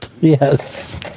Yes